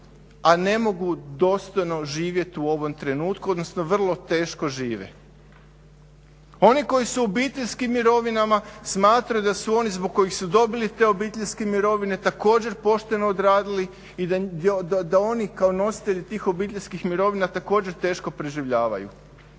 a ne mogu dostojno živjeti u ovom trenutku, odnosno vrlo teško žive. Oni koji su u obiteljskim mirovinama smatraju da su oni zbog kojih su dobili te obiteljske mirovine također pošteno odradili i da oni kao nositelji tih obiteljskih mirovina također teško preživljavaju.